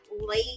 late